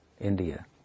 India